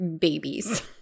babies